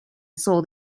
sold